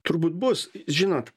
turbūt bus žinot